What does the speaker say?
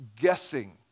guessing